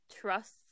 trust